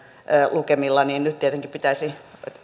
lukemilla niin nyt tietenkin pitäisi